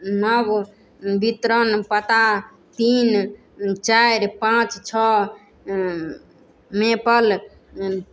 नव वितरण पता तीन चारि पाँच छओ मेपल